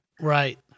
Right